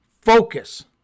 focus